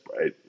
right